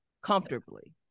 comfortably